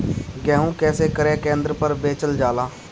गेहू कैसे क्रय केन्द्र पर बेचल जाला?